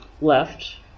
left